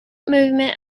movement